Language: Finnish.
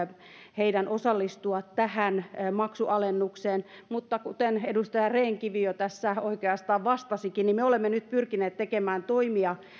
heidän osallistua tähän maksualennukseen mutta kuten edustaja rehn kivi jo tässä oikeastaan vastasikin niin me olemme nyt pyrkineet tekemään toimia